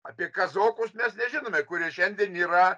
apie kazokus mes nežinome kurie šiandien yra